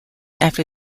after